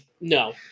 No